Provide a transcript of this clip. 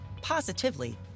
positively